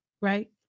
Right